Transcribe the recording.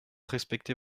respecter